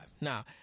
Now